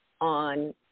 on